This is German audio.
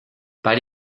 bei